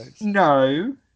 no